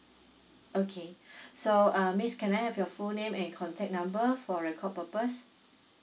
okay so uh miss can I have your full name and contact number for record purpose